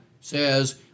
says